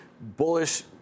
bullish